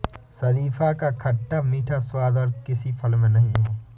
शरीफा का खट्टा मीठा स्वाद और किसी फल में नही है